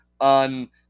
on